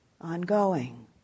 ongoing